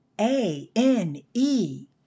A-N-E